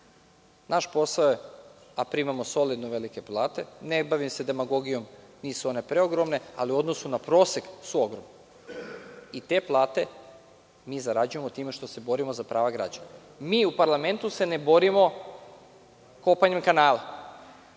Naš posao je, a primamo solidno velike plate, ne bavim se demagogijom, nisu one preogromne, ali u odnosu na prosek su ogromne. Te plate mi zarađujemo time što se borimo za prava građana. Mi u parlamentu se ne borimo kopanjem kanala.